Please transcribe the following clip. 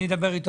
אני אדבר איתו.